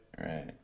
Right